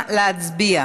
נא להצביע.